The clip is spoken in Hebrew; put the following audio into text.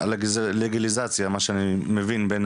ניתוח מאוד